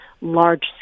large